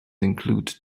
include